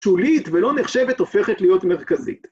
‫שולית ולא נחשבת הופכת להיות מרכזית.